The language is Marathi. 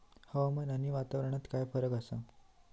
हवामान आणि वातावरणात काय फरक असा?